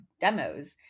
demos